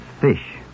fish